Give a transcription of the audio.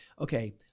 okay